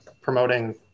promoting